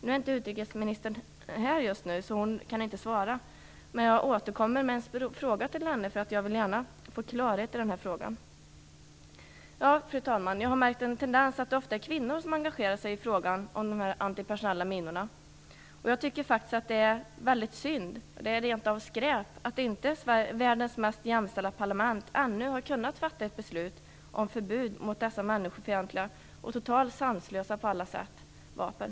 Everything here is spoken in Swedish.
Nu är inte utrikesministern här just nu, så hon kan inte svara. Jag återkommer med en fråga till henne, eftersom jag gärna vill få klarhet i detta. Fru talman! Jag har märkt en tendens att det ofta är kvinnor som engagerar sig i frågan om de antipersonella minorna. Jag tycker faktiskt att det är väldigt trist, rent av skräp, att inte världens mest jämställda parlament ännu har kunnat fatta ett beslut om förbud mot dessa människofientliga och på alla sätt totalt sanslösa vapen.